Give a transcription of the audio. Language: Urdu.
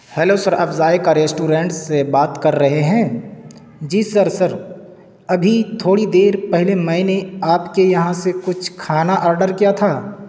ہیلو سر آپ ذائقہ ریسٹورنٹ سے بات کر رہے ہیں جی سر سر ابھی تھوڑی دیر پہلے میں نے آپ کے یہاں سے کچھ کھانا آڈر کیا تھا